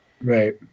Right